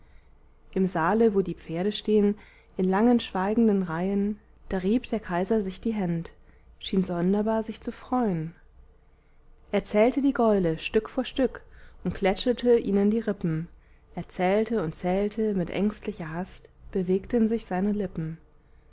im saale wo die pferde stehn in langen schweigenden reihen da rieb der kaiser sich die händ schien sonderbar sich zu freuen er zählte die gäule stück vor stück und klätschelte ihnen die rippen er zählte und zählte mit ängstlicher hast bewegten sich seine lippen